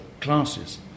classes